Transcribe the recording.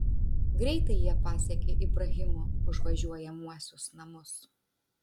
greitai jie pasiekė ibrahimo užvažiuojamuosius namus